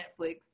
netflix